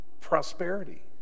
prosperity